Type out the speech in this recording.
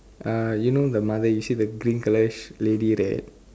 uh you know the mother you see the green colour lady that